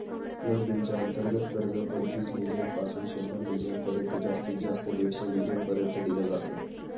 club deal च्या अंतर्गत कर्ज, पंचवीस मिलीयन पासून शंभर मिलीयन पर्यंत जास्तीत जास्त दीडशे मिलीयन पर्यंत दिल जात